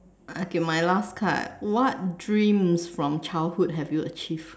okay my last card what dreams from childhood have you achieved